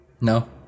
no